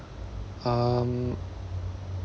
um